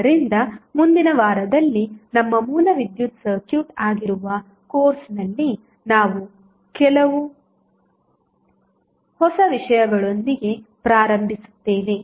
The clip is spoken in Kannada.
ಆದ್ದರಿಂದ ಮುಂದಿನ ವಾರದಲ್ಲಿ ನಮ್ಮ ಮೂಲ ವಿದ್ಯುತ್ ಸರ್ಕ್ಯೂಟ್ ಆಗಿರುವ ಕೋರ್ಸ್ನಲ್ಲಿ ನಾವು ಕೆಲವು ಹೊಸ ವಿಷಯಗಳೊಂದಿಗೆ ಪ್ರಾರಂಭಿಸುತ್ತೇವೆ